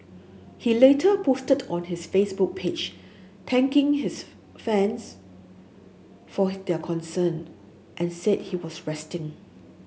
he later posted on his Facebook page thanking his fans for their concern and said he was resting